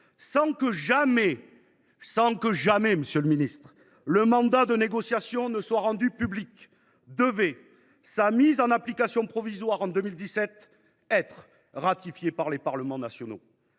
ministre – le mandat de négociation soit rendu public, devait, après sa mise en application provisoire en 2017, être ratifié par les Parlements nationaux.